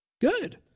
Good